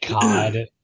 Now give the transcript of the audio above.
God